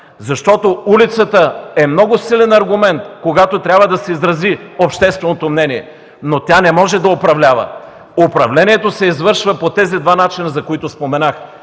защото улицата е много силен аргумент, когато трябва да се изрази общественото мнение, но тя не може да управлява. Управлението се извършва по двата начина, за които споменах.